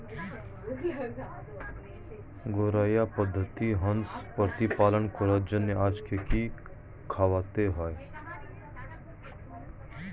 ঘরোয়া পদ্ধতিতে হাঁস প্রতিপালন করার জন্য আজকে কি খাওয়াতে হবে?